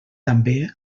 també